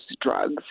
drugs